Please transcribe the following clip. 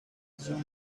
assumed